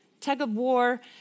tug-of-war